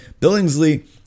Billingsley